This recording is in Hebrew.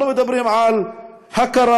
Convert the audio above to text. אנחנו מדברים על הכרה,